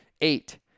Eight